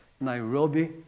Nairobi